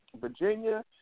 Virginia